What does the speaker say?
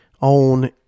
On